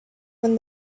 when